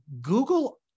Google